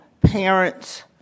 parents